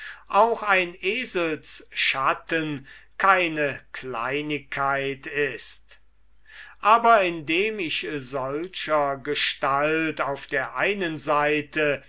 auch ein eselsschatten keine kleinigkeit ist aber indem ich solchergestalt auf der einen seite